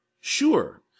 sure